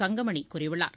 தங்கமணி கூறியுள்ளார்